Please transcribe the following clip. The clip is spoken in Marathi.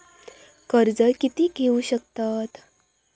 कर्ज कीती घेऊ शकतत?